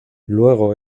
luego